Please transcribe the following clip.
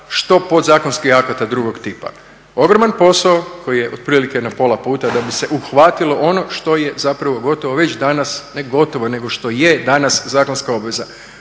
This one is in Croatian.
što podzakonskih akata drugog tipa. Ogroman posao koji je otprilike na pola puta da bi se uhvatilo ono što je zapravo gotovo već danas, ne gotovo nego što je danas zakonska obveza.